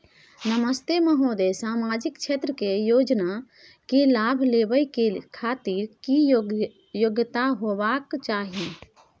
नमस्ते महोदय, सामाजिक क्षेत्र के योजना के लाभ लेबै के खातिर की योग्यता होबाक चाही?